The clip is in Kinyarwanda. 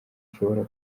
ushobora